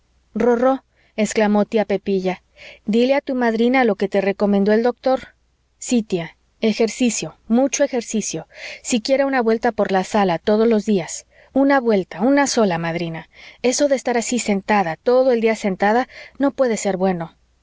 rorró exclamó tía pepilla dile a tu madrina lo que te recomendó el doctor sí tía ejercicio mucho ejercicio siquiera una vuelta por la sala todos los días una vuelta una sola madrina eso de estar así sentada todo el día sentada no puede ser bueno